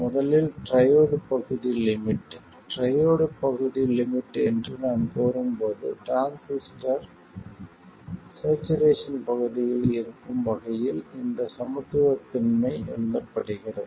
முதலில் ட்ரையோட் பகுதி limit triode பகுதி லிமிட் என்று நான் கூறும்போது டிரான்சிஸ்டர் ஸ்சேச்சுரேசன் பகுதியில் இருக்கும் வகையில் இந்த சமத்துவமின்மை எழுதப்படுகிறது